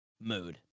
mood